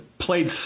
played